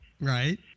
Right